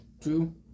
Two-